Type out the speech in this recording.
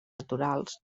naturals